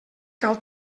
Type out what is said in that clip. cal